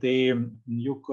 tai juk